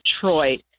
Detroit